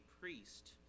priest